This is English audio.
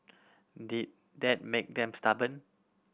did that make them stubborn